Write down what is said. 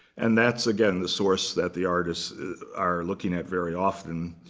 and that's, again, the source that the artists are looking at very often.